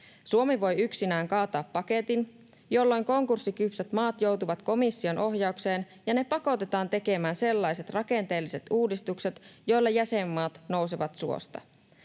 Suomi voi yksinään kaataa paketin, jolloin konkurssikypsät maat joutuvat komission ohjaukseen ja ne pakotetaan tekemään sellaiset rakenteelliset uudistukset, joilla jäsenmaat nousevat suosta.